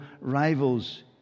rivals